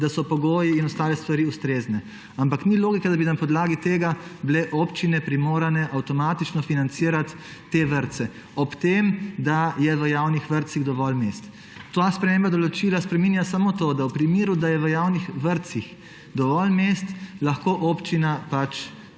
da so pogoji in ostale stvari ustrezne. Ampak ni logike, da bi na podlagi tega bile občine primorane avtomatično financirati te vrtce, ob tem da je v javnih vrtcih dovolj mest. Ta sprememba določila spreminja samo to, da v primeru, da je v javnih vrtcih dovolj mest, lahko občina